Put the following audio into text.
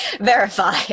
verify